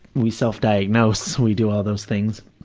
we self-diagnose. we do all those things.